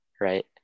right